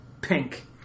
pink